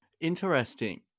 Interesting